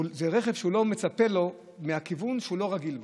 זה רכב שהוא לא מצפה לו, מהכיוון שהוא לא רגיל בו.